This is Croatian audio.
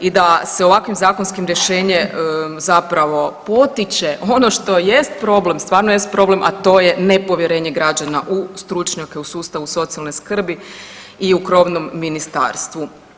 I da se ovakvim zakonskim rješenjem zapravo potiče ono što jest problem, stvarno jest problem, a to je nepovjerenje građana u stručnjake u sustavu socijalne skrbi i u krovnom ministarstvu.